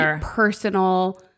personal